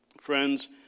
Friends